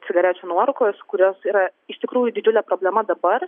cigarečių nuorūkos kurios yra iš tikrųjų didžiulė problema dabar